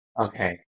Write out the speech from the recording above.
Okay